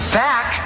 back